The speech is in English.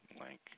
link